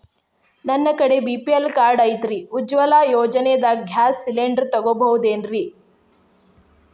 ನನ್ನ ಕಡೆ BPL card ಐತ್ರಿ, ಉಜ್ವಲಾ ಯೋಜನೆದಾಗ ಗ್ಯಾಸ್ ಸಿಲಿಂಡರ್ ತೊಗೋಬಹುದೇನ್ರಿ?